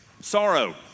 sorrow